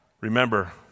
Remember